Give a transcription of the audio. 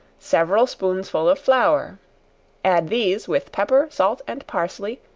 several spoonsful of flour add these, with pepper, salt and parsley,